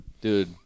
Dude